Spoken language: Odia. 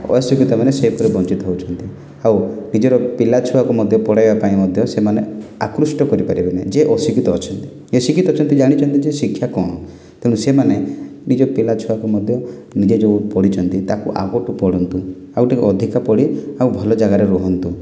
ଅଶିକ୍ଷିତ ମାନେ ସେହିପରି ବଞ୍ଚିତ ହେଉଛନ୍ତି ଆଉ ନିଜର ପିଲା ଛୁଆକୁ ମଧ୍ୟ ପଢ଼ାଇବା ପାଇଁ ମଧ୍ୟ ସେମାନେ ଆକୃଷ୍ଟ କରି ପାରିବେ ନାହିଁ ଯେ ଅଶିକ୍ଷିତ ଅଛନ୍ତି ଯେ ଶିକ୍ଷିତ ଅଛନ୍ତି ଜାଣିଛନ୍ତି ଯେ ଶିକ୍ଷା କ'ଣ ତେଣୁ ସେମାନେ ନିଜ ପିଲା ଛୁଆକୁ ମଧ୍ୟ ନିଜେ ଯେଉଁ ପଢ଼ିଛନ୍ତି ତାକୁ ଆଗକୁ ପଢ଼ନ୍ତୁ ଆଉ ଟିକିଏ ଅଧିକା ପଢ଼ି ଟିକିଏ ଭଲ ଜାଗାରେ ରୁହନ୍ତୁ